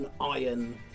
iron